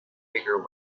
bigger